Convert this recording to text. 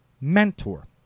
mentor